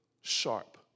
sharp